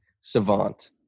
savant